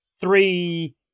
three